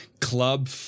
club